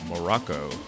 Morocco